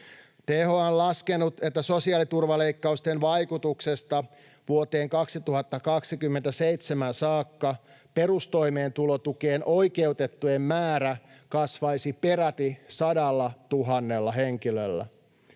THL on laskenut, että sosiaaliturvaleikkausten vaikutuksesta vuoteen 2027 saakka perustoimeentulotukeen oikeutettujen määrä kasvaisi peräti 100 000 henkilöllä.